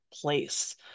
place